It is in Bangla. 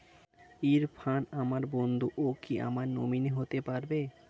ইরফান আমার বন্ধু ও কি আমার নমিনি হতে পারবে?